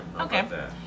okay